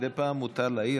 מדי פעם מותר להעיר,